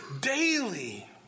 daily